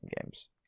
games